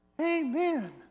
Amen